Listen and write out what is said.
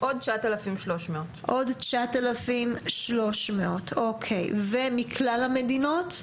עוד 9,300. ומכלל המדינות?